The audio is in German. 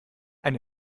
ein